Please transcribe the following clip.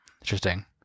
interesting